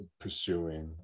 pursuing